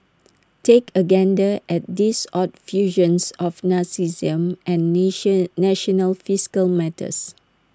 take A gander at these odd fusions of narcissism and nation national fiscal matters